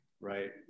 right